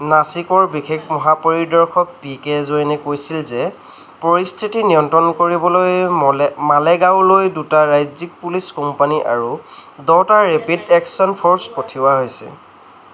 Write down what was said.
নাছিকৰ বিশেষ মহাপৰিদৰ্শক P K জৈনে কৈছিল যে পৰিস্থিতি নিয়ন্ত্ৰণ কৰিবলৈ মালেগাওলৈ দুটা ৰাজ্যিক পুলিচ কোম্পানী আৰু দহটা ৰেপিড এক্শন ফ'ৰ্চ পঠিওৱা হৈছে